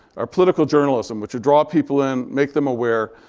our political journalism, which would draw people in, make them aware.